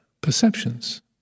perceptions